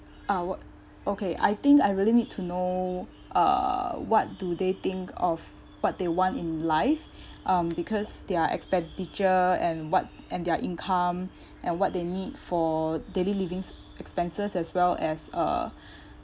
ah wha~ okay I think I really need to know uh what do they think of what they want in life um because their expenditure and what and their income and what they need for daily livings expenses as well as uh